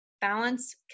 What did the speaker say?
balance